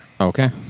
Okay